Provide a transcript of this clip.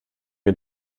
wir